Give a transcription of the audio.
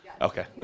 Okay